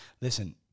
listen